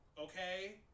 Okay